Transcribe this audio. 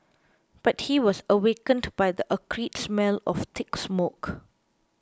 but he was awakened by the acrid smell of thick smoke